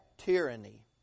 tyranny